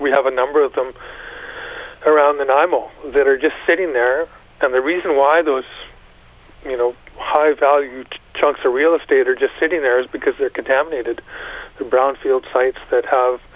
we have a number of them around than i'm all that are just sitting there and the reason why those you know high value trucks or real estate are just sitting there is because they're contaminated the brownfield sites that have